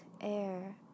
air